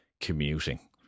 commuting